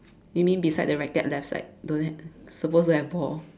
you mean beside the racket left side don't have supposed to have ball